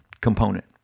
component